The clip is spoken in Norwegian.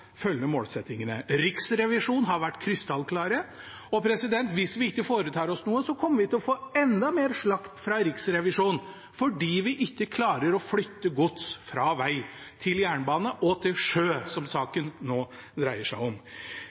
målsettingene. Riksrevisjonen har vært krystallklar. Hvis vi ikke foretar oss noe, kommer vi til å få enda mer slakt fra Riksrevisjonen fordi vi ikke klarer å flytte gods fra veg til jernbane og til sjø, som saken nå dreier seg om.